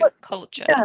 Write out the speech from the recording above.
culture